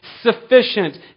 sufficient